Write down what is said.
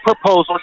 proposal